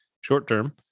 short-term